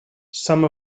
some